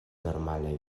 normale